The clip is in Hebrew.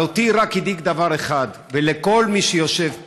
אבל אותי הדאיג רק דבר אחד, ולכל מי שיושב פה,